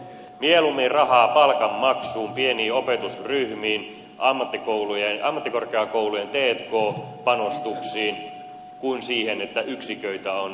mieluummin rahaa palkanmaksuun pieniin opetusryhmiin ammattikorkeakoulujen t k panostuksiin kuin siihen että yksiköitä on mahdollisimman paljon